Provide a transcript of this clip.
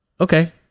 Okay